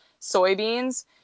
soybeans